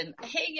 Hey